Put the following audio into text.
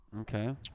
Okay